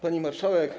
Pani Marszałek!